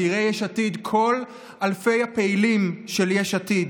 צעירי יש עתיד וכל אלפי הפעילים של יש עתיד,